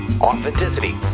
Authenticity